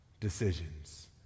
Decisions